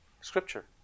scripture